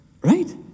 right